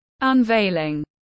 Unveiling